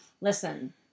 listen